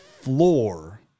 floor